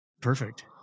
Perfect